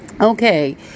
okay